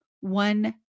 one